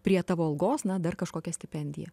prie tavo algos na dar kažkokia stipendija